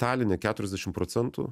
taline keturiasdešim procentų